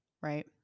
right